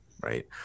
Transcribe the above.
right